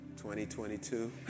2022